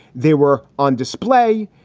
they were on display.